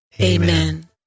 Amen